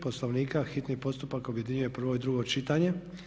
Poslovnika hitni postupak objedinjuje prvo i drugo čitanje.